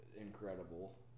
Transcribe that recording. incredible